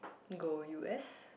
go U_S